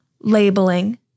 labeling